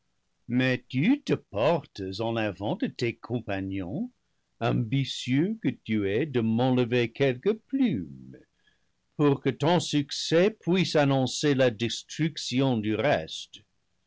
mais tu te portes en avant de les compaguons ambitieux que tu es de m'enlever quelques plumes pour que ton succès puisse annoncer la destruction du reste